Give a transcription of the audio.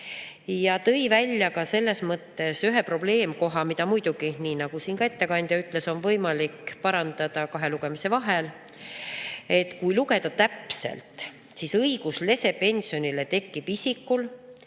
Ta tõi välja ka selles mõttes ühe probleemkoha, mida muidugi, nii nagu ka ettekandja siin ütles, on võimalik parandada kahe lugemise vahel. Kui lugeda täpselt, siis õigus lesepensionile tekib isikul,